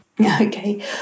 Okay